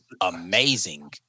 amazing